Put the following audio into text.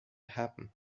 happen